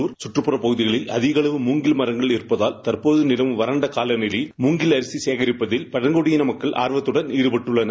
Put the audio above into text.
seconds Gudalur கற்றுப்புறப் பகுதிகளில் அதிக அளவு மூங்கில் மரங்கள் இருப்பதால் தற்போது நிலவும் வறண்ட நிலை மூங்கில் அரசி சேகரிப்பதில் பழங்குடியின மக்கள் ஆர்வத்துடன் ஈடுபட்டள்ளனர்